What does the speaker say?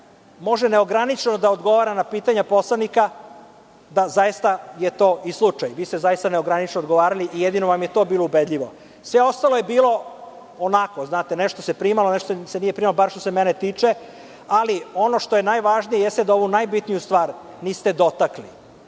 može neograničeno da odgovara na pitanja poslanika, da, zaista je to i slučaj, vi ste zaista neograničeno odgovarali i jedino vam je to bilo ubedljivo. Sve ostalo je bilo onako, nešto se primalo, nešto se nije primalo, bar što se mene tiče, ali ono što je najvažnije, jeste da ovu najbitniju stvar niste dotakli. Vi